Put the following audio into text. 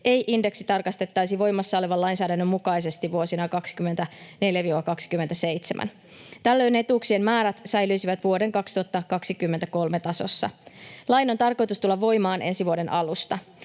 ei indeksitarkistettaisi voimassa olevan lainsäädännön mukaisesti vuosina 2024—2027. Tällöin etuuksien määrät säilyisivät vuoden 2023 tasossa. Lain on tarkoitus tulla voimaan ensi vuoden alusta.